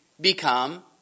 become